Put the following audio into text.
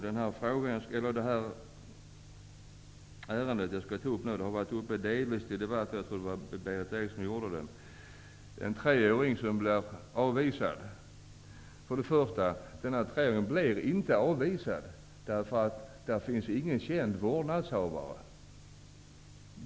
Det ärende som jag nu skall ta upp har nämnts i debatten av Berith Eriksson, och det gäller en treåring som skulle avvisas. Han blev inte avvisad, därför att det inte fanns någon känd vårdnadshavare.